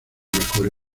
mejor